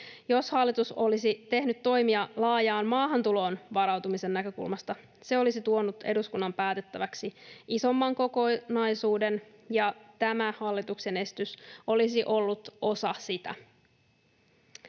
Jos hallitus olisi tehnyt toimia laajaan maahantuloon varautumisen näkökulmasta, se olisi tuonut eduskunnan päätettäväksi isomman kokonaisuuden, ja tämä hallituksen esitys olisi ollut osa sitä.